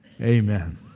Amen